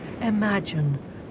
Imagine